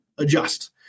Adjust